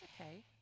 okay